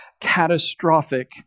catastrophic